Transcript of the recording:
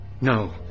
No